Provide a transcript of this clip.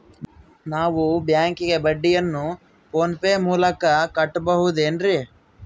ನಾವು ಬ್ಯಾಂಕಿಗೆ ಬಡ್ಡಿಯನ್ನು ಫೋನ್ ಪೇ ಮೂಲಕ ಕಟ್ಟಬಹುದೇನ್ರಿ?